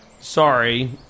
Sorry